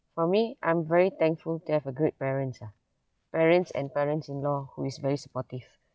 for me I'm very thankful to have a great parents ah parents and parents in law who is very supportive